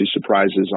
surprises